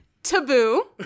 Taboo